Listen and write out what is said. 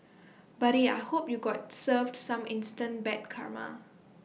buddy I hope you got served some instant bad karma